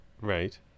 Right